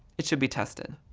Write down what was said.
it should be tested.